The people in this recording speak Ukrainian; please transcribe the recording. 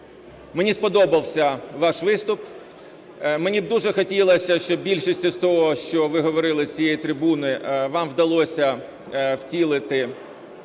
мені сподобався ваш виступ. Мені б дуже хотілось, щоб більшість з того, що ви говорили з цієї трибуни, вам вдалося втілити